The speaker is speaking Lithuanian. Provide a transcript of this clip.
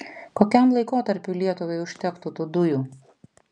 kokiam laikotarpiui lietuvai užtektų tų dujų